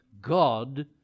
God